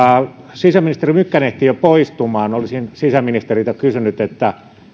sisäministeri mykkänen ehti jo poistumaan olisin sisäministeriltä kysynyt